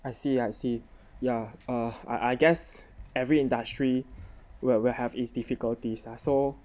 I see I see yeah uh I I guess every industry will will have its difficulties ah so